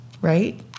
right